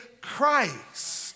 Christ